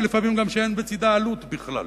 ולפעמים גם כזאת שאין בצדה עלות בכלל.